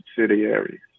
subsidiaries